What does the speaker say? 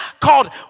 called